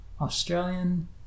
Australian